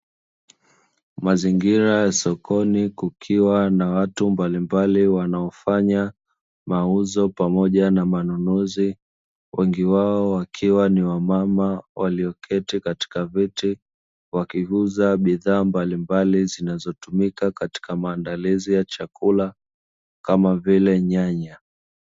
Mazingira ya sokoni kukiwa na watu mbalimbali wanaofanya mauzo pamoja na manunuzi, wengi wao wakiwa ni wamama walioketi katika viti wakiuza bidhaa mbalimbali zinazotumika katika maandalizi ya chakula kama vile nyanya.